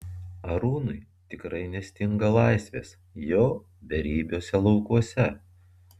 arūnui tikrai nestinga laisvės jo beribiuose laukuose